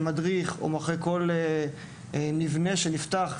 מדריך או מבנה שנפתח.